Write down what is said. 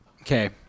Okay